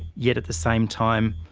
yet at the same time,